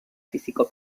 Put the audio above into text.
físico